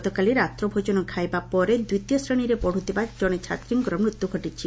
ଗତକାଲି ରାତ୍ରି ଭୋଜନ ଖାଇବା ପରେ ଦ୍ୱିତୀୟ ଶ୍ରେଶୀରେ ପଢୁଥିବା ଜଣେ ଛାତ୍ରୀଙ୍କ ମୃତ୍ୟୁ ଘଟିଛି